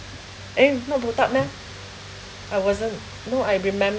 eh not botak meh I wasn't no I remembered